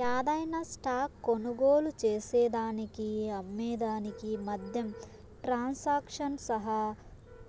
యాదైన స్టాక్ కొనుగోలు చేసేదానికి అమ్మే దానికి మద్యం ట్రాన్సాక్షన్ సహా